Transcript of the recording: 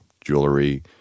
jewelry